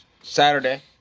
Saturday